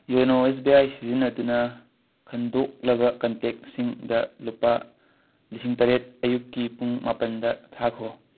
YONO S B I ꯁꯤꯖꯤꯟꯅꯗꯨꯅ ꯈꯟꯗꯣꯛꯂꯕ ꯀꯟꯇꯦꯛꯁꯤꯡꯗ ꯂꯨꯄꯥ ꯂꯤꯁꯤꯡ ꯇꯔꯦꯠ ꯑꯌꯨꯛꯀꯤ ꯄꯨꯡ ꯃꯥꯄꯟꯗ ꯊꯥꯈꯣ